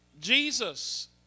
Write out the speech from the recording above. Jesus